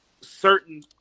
certain